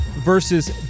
versus